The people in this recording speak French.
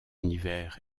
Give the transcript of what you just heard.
hiver